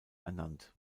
ernannt